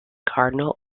cardinal